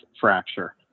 fracture